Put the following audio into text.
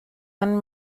one